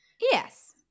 yes